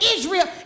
Israel